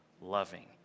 loving